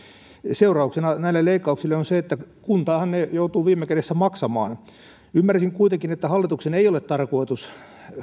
seurauksena näille leikkauksille on se että kuntahan ne joutuu viime kädessä maksamaan ymmärsin kuitenkin että hallituksen ei ole tarkoitus